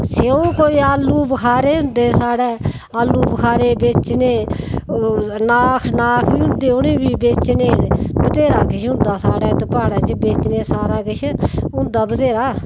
स्येऊ कोई आलू बखारे होंदे साढ़ै आलू बखारे बेचने नाख नाख बी होंदे उ'नें बी बेचने बत्हेरा किश होंदा साढ़ै इत्त पहाड़ैं च बेचने सारा किश होंदा बत्हेरा